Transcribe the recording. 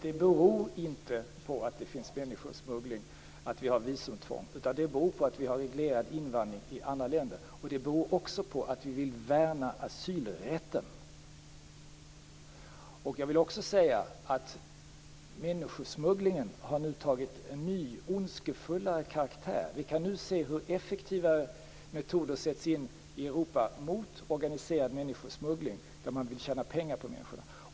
Fru talman! Människosmugglingen beror inte på att vi har visumtvång, utan det beror på att vi har reglerad invandring som i andra länder. Det beror också på att vi vill värna asylrätten. Jag vill också säga att människosmugglingen nu tagit en ny ondskefullare karaktär. Vi kan se hur effektiva metoder sätts in i Europa mot organiserad människosmuggling där man vill tjäna pengar på människorna.